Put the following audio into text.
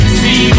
see